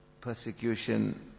persecution